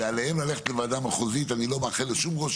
ועליהם ללכת לוועדה המחוזית אני לא מאחל לשום ראש